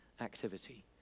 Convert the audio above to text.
activity